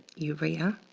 urea.